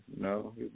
No